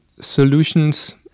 solutions